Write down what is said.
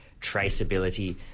traceability